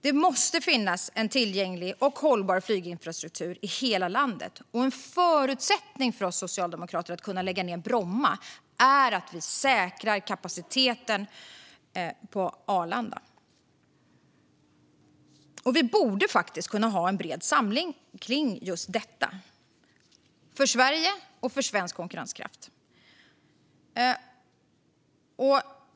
Det måste finnas en tillgänglig och hållbar flyginfrastruktur i hela landet. En förutsättning för oss socialdemokrater för att kunna lägga ned Bromma är att vi säkrar kapaciteten på Arlanda. Vi borde faktiskt kunna ha en bred samling kring just detta - för Sverige och för svensk konkurrenskraft.